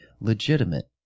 legitimate